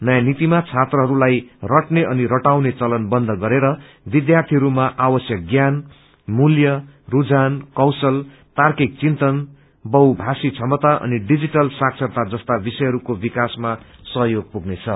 नयाँ नीतिमा छात्रहस्लाई रट्ने अनि रटाउने चलन बन्द गरेर विद्यार्यीहरूमा आवश्यक ज्ञान मूल्य स्झान कौशल तार्किक चिन्तन बहुभाषी क्षमता अनि डिजीटल साक्षरता जस्ता विषयहरूको विकासमा सहयोग पुग्नेछ